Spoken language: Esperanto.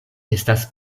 estas